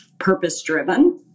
purpose-driven